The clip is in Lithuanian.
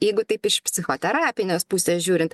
jeigu taip iš psichoterapinės pusės žiūrint